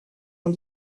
ont